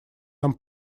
нам